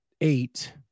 eight